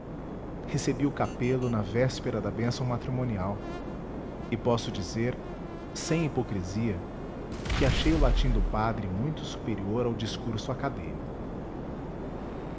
recebi o capelo na véspera da bênção matrimonial e posso dizer sem hipocrisia que achei o latim do padre muito superior ao discurso acadêmico